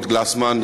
Lord Glasman,